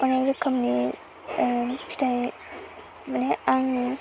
अनेग रोखोमनि फिथाइ मानि आङो